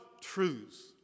truths